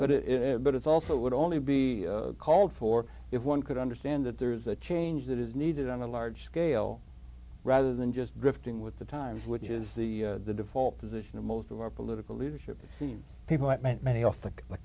that it but it's also would only be called for if one could understand that there is a change that is needed on a large scale rather than just drifting with the times which is the default position of most of our political leadership is seen people at many off the